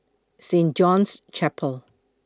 Saint John's Chapel